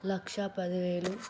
లక్షా పదివేలు